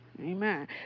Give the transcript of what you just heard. Amen